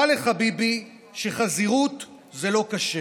דע לך, ביבי, שחזירות זה לא כשר.